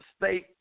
state